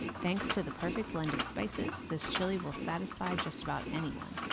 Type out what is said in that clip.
thanks to the perfect blend of spices, this chili will satisfy just about anyone.